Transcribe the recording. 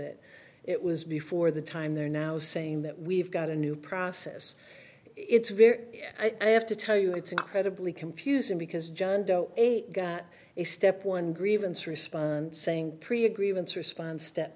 it it was before the time they're now saying that we've got a new process it's very i have to tell you it's incredibly confusing because john doe got a step one grievance response saying pre agreement response step